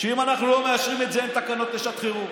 שאם אנחנו לא מאשרים את זה אין תקנות לשעת חירום,